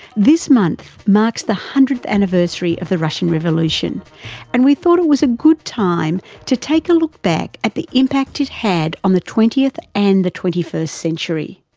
this month marks the one hundredth anniversary of the russian revolution and we thought it was a good time to take a look back at the impact it had on the twentieth and the twenty first century.